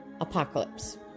apocalypse